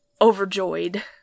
overjoyed